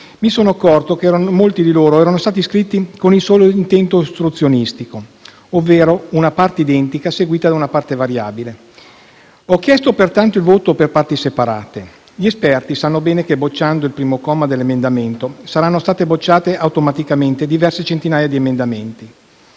mi sono accorto che molti erano stati scritti con il solo intento ostruzionistico: ovvero una parte identica, seguita da una parte variabile. Ho chiesto, pertanto, il voto per parti separate. Gli esperti sanno bene che respingendo il primo comma dell'emendamento, sarebbero state automaticamente respinte diverse centinaia di emendamenti.